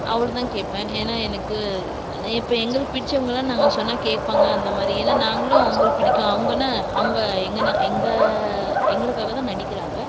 அவ்வளோதான் கேட்பேன் ஏன்னால் எனக்கு இப்போ எங்களுக்கு பிடித்தவங்களாம் நாங்கள் சொன்னால் கேட்பாங்க அந்த மாதிரி ஏன்னால் நாங்களும் அவங்களுக்கு பிடிக்கும் அவங்கனா அவங்க எங்கேனா எங்கள் எங்களுக்காகதான் நடிக்கிறாங்க